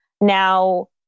Now